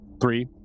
three